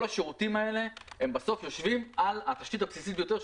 כל השירותים האלה בסוף יושבים על התשתית הבסיסית ביותר,